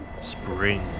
spring